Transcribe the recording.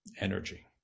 energy